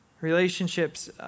Relationships